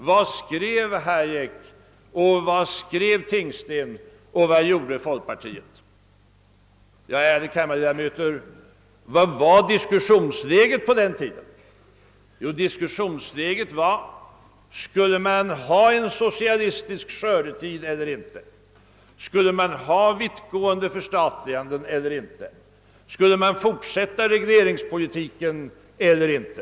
Vad skrev Hayek och Tingsten, och vad gjorde folkpartiet? Ja, ärade kammarledamöter, hurudant var diskussionsläget på den tiden? Jo, det var huruvida vi skulle ha en socialistisk skördetid eller inte, ett vittgående förstatligande eller inte, en fortsatt regleringspolitik eller inte.